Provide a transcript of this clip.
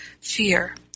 fear